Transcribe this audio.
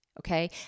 Okay